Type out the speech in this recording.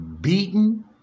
beaten